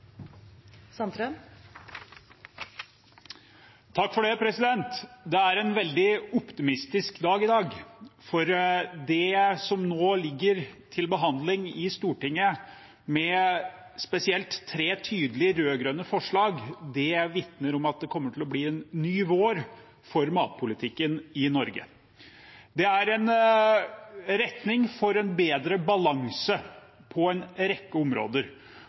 Takk, president. Da har representanten Torgeir Knag Fylkesnes tatt opp de forslagene SV er en del av. Det er en veldig optimistisk dag i dag, for det som nå ligger til behandling i Stortinget, spesielt med tre tydelige rød-grønne forslag, vitner om at det kommer til å bli en ny vår for matpolitikken i Norge. Det er en retning for en bedre balanse på